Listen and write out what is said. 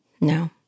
No